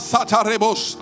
Satarebos